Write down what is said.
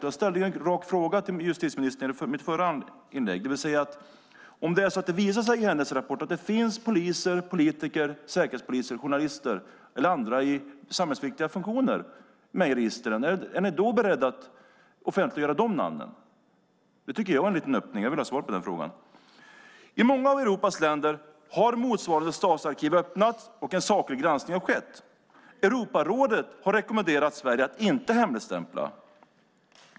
Jag ställde en rak fråga till justitieministern i mitt förra inlägg: Om det visar sig i Birgitta Almgrens rapport att det finns poliser, politiker, säkerhetspoliser, journalister eller andra personer i samhällsviktiga funktioner med i registren, är ni då beredda att offentliggöra de namnen? Det är en öppning. Jag vill ha svar på frågan. I många av Europas länder har motsvarande Stasiarkiv öppnats och en saklig granskning skett. Europarådet har rekommenderat Sverige att inte hemligstämpla arkiven.